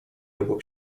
obok